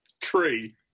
tree